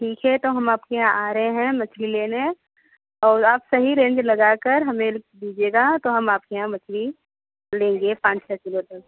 ठीक है तो हम आपके यहाँ आ रहे हैं मछली लेने और आप सही रेंज लगाकर हमें दीजिएगा तो हम आपके यहाँ मछली लेंगे पाँच छ किलो तक